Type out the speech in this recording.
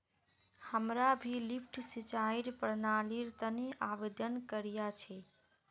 हमरा भी लिफ्ट सिंचाईर प्रणालीर तने आवेदन करिया छि